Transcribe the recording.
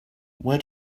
where